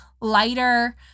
lighter